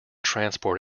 transport